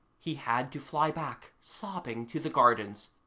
he had to fly back, sobbing, to the gardens,